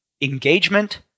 engagement